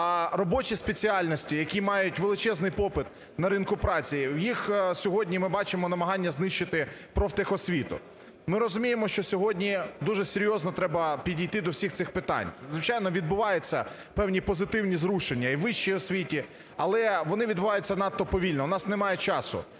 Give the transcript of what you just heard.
робочі спеціальності, які мають величезний попит на ринку праці, їх сьогодні ми бачимо намагання знищити профтехосвіту. Ми розуміємо, що сьогодні дуже серйозно треба підійти до всіх цих питань. Звичайно, відбуваються певні позитивні зрушення і у вищій освіті, але вони відбуваються надто повільно. В нас немає часу,